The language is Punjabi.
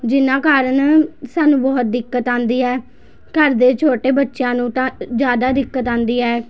ਜਿਹਨਾਂ ਕਾਰਨ ਸਾਨੂੰ ਬਹੁਤ ਦਿੱਕਤ ਆਉਂਦੀ ਹੈ ਘਰ ਦੇ ਛੋਟੇ ਬੱਚਿਆਂ ਨੂੰ ਤਾਂ ਜ਼ਿਆਦਾ ਦਿੱਕਤ ਆਉਂਦੀ ਹੈ